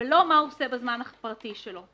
ולא מה הוא עושה בזמן הפרטי שלו.